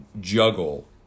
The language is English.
juggle